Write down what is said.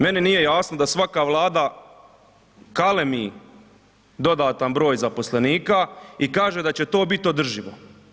Meni nije jasno da svaka Vlada kalemi dodatan broj zaposlenika i kaže da će to biti održivo.